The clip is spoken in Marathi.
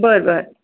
बरं बरं